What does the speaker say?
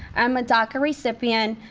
i'm a daca recipient.